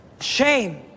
shame